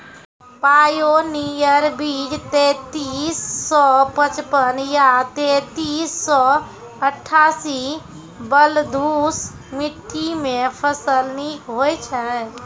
Pioneer बीज तेंतीस सौ पचपन या तेंतीस सौ अट्ठासी बलधुस मिट्टी मे फसल निक होई छै?